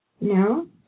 No